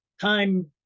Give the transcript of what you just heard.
time